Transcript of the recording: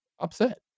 upset